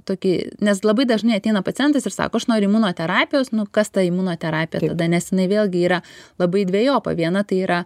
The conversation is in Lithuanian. tokį nes labai dažnai ateina pacientas ir sako aš noriu imunoterapijos nu kas ta imunoterapija tada nes jinai vėlgi yra labai dvejopa viena tai yra